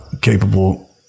capable